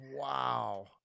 Wow